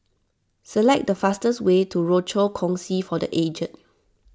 select the fastest way to Rochor Kongsi for the Aged